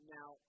Now